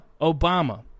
Obama